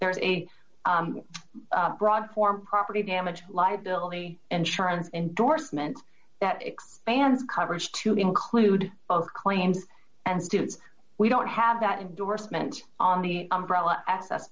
is a broad form property damage liability insurance indorsement that expands coverage to include both claims and students we don't have that endorsement on the umbrella access